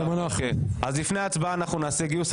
אז לפני ההצבעה אנחנו נעשה גיוס,